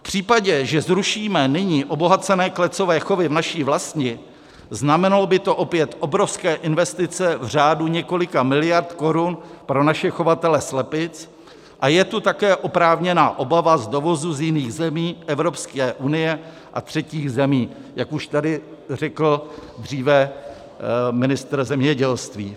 V případě, že zrušíme nyní obohacené klecové chovy v naší vlasti, znamenalo by to opět obrovské investice v řádu několika miliard korun pro naše chovatele slepic a je tu také oprávněná obava z dovozu z jiných zemí Evropské unie a třetích zemí, jak už tady řekl dříve ministr zemědělství.